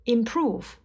Improve